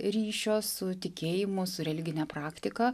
ryšio su tikėjimu su religine praktika